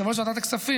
יושב-ראש ועדת הכספים,